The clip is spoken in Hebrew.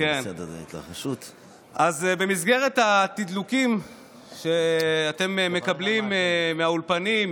אז במסגרת התדלוקים שאתם מקבלים מהאולפנים,